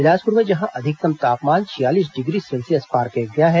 बिलासपुर में जहां अधिकतम तापमान छियालीस डिग्री सेल्सियस पार कर गया है